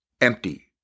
empty